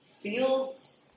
Fields